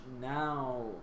now